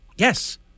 yes